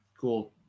Cool